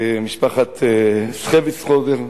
משפחת סחיווסחורדר,